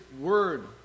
word